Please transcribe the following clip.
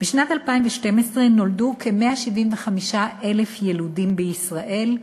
בשנת 2012 נולדו כ-175,000 יילודים בישראל,